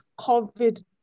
COVID